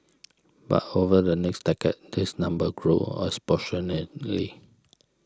but over the next decade this number grew exponentially